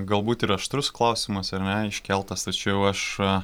galbūt ir aštrus klausimas ar ne iškeltas tačiau aš